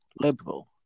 liberal